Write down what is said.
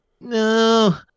No